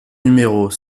numéros